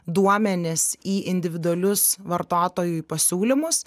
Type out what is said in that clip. duomenis į individualius vartotojui pasiūlymus